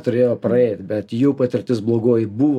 turėjo praeit bet jų patirtis blogoji buvo